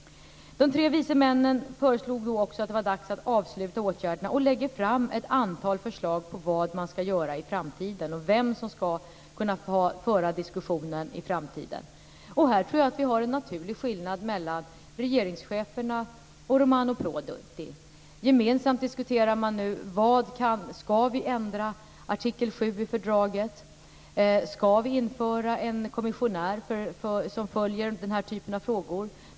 "De tre vice männen" föreslog också att det var dags att avsluta åtgärderna. De lägger fram ett antal förslag om vad man ska göra i framtiden och om vem som ska kunna föra diskussionen i framtiden. Här tror jag att vi har en naturlig skillnad mellan regeringscheferna och Romano Prodi. Gemensamt diskuterar man nu det här. Ska vi ändra artikel sju i fördraget? Ska vi införa en kommissionär som följer den här typen av frågor?